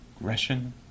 aggression